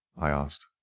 i asked.